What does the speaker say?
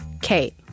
Kate